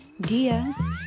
diaz